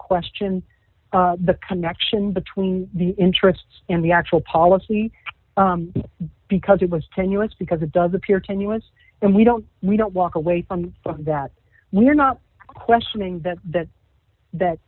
question the connection between the interests and the actual policy because it was tenuous because it does appear tenuous and we don't we don't walk away from that we're not questioning that that that